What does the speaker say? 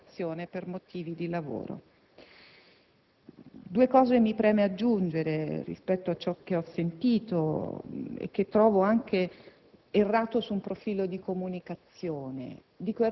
quello all'unità familiare e quello alla libera circolazione per motivi di lavoro. Due cose mi preme aggiungere rispetto a ciò che ho sentito e che trovo anche